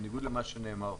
בניגוד למה שנאמר פה,